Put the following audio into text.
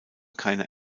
keine